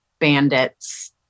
bandits